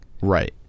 Right